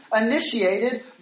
initiated